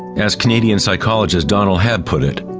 as canadian psychologist donald hebb put it,